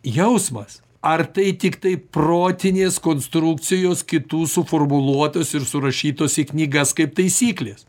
jausmas ar tai tiktai protinės konstrukcijos kitų suformuluotos ir surašytos į knygas kaip taisyklės